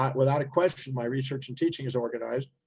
but without a question, my research and teaching is organized.